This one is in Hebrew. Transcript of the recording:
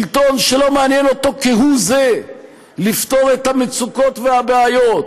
שלטון שלא מעניין אותו כהוא זה לפתור את המצוקות והבעיות,